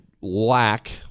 lack